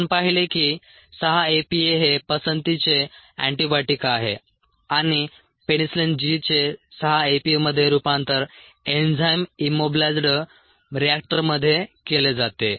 आपण पाहिले की 6 एपीए हे पसंतीचे अँटीबायोटिक आहे आणि पेनिसिलिन G चे 6 APA मध्ये रूपांतर एन्झाइम इम्मोबिलायइझ्ड रिएक्टरमध्ये केले जाते